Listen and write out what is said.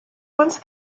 once